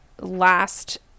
last